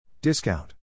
Discount